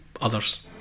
others